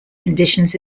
conditions